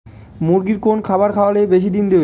মুরগির কোন খাবার খাওয়ালে বেশি ডিম দেবে?